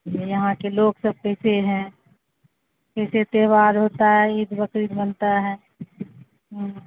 یہاں کے لوگ سب کیسے ہیں کیسے تہوار ہوتا ہے عید بقرعید منتا ہے